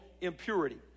impurity